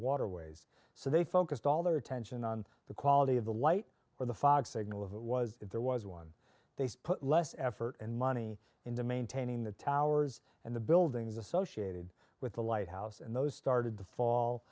waterways so they focused all their attention on the quality of the light or the fog signal if it was if there was one they put less effort and money into maintaining the towers and the buildings associated with the lighthouse and those started to fall